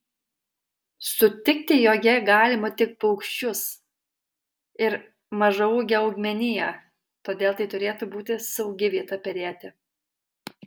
sutikti joje galima tik paukščius ir mažaūgę augmeniją todėl tai turėtų būti saugi vieta perėti